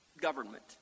government